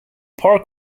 park